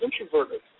introverted